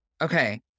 Okay